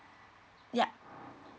yup